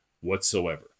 whatsoever